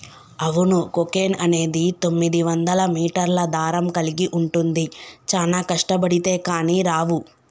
అవును కోకెన్ అనేది తొమ్మిదివందల మీటర్ల దారం కలిగి ఉంటుంది చానా కష్టబడితే కానీ రావు